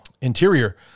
interior